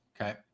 Okay